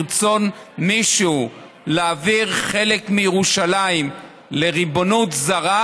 ברצון מישהו להעביר חלק מירושלים לריבונות זרה,